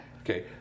Okay